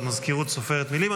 והמזכירות סופרת מילים.